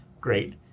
great